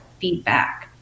feedback